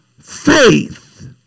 faith